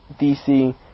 DC